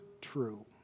true